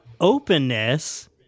openness